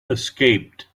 escaped